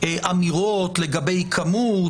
אמירות לגבי כמות,